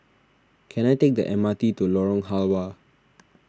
can I take the M R T to Lorong Halwa